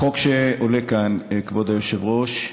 החוק שעולה כאן, כבוד היושב-ראש,